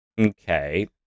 Okay